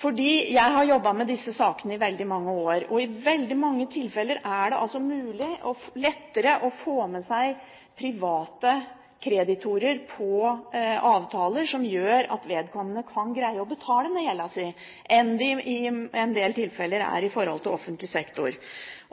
fordi jeg har jobbet med disse sakene i veldig mange år. I veldig mange tilfeller er det lettere å få med seg private kreditorer på avtaler som gjør at vedkommende kan greie å betale ned gjelda si, enn det er i en del tilfeller i forhold til offentlig sektor.